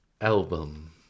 album